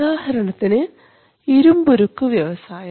ഉദാഹരണത്തിന് ഇരുമ്പുരുക്ക് വ്യവസായം